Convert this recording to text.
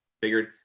figured